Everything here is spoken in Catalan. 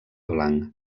blanc